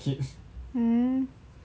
mm